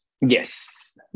yes